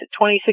2016